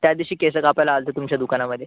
त्या दिवशी केस कापायला आलो होतो तुमच्या दुकानामध्ये